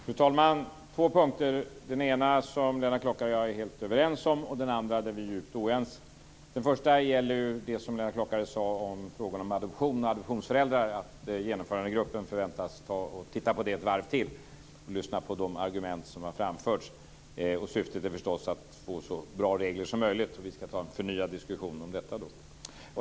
Fru talman! Jag ska ta upp två punkter. Den ena är Lennart Klockare och jag helt överens om, och den andra är vi djupt oense om. Den första gäller det som Lennart Klockare sade om frågan om adoption och adoptionsföräldrar, att Genomförandegruppen förväntas se över den frågan en gång till och lyssna på de argument som har framförts. Syftet är förstås att få så bra regler som möjligt, och vi ska ha en förnyad diskussion om detta.